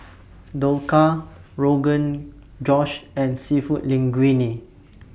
Dhokla Rogan Josh and Seafood Linguine